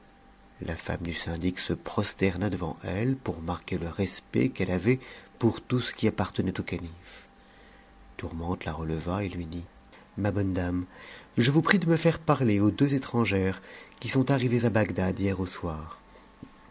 la femme du syndic se prosterna devant elle pour marquer le respect qu'elte avait pour tout ce qui appartenait au calife tourmente la releva et lui dit ma bonne dame je vous prie de me faire parler aux deux étrangères qui sont arrivées à bagdad hier au soir